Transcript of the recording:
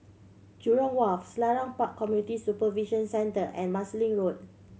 Jurong Wharf Selarang Park Community Supervision Centre and Marsiling Road